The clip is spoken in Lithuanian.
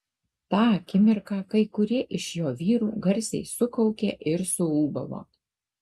tą akimirką kai kurie iš jo vyrų garsiai sukaukė ir suūbavo